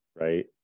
Right